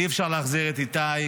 אי-אפשר להחזיר את איתי,